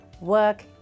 work